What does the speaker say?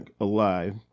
alive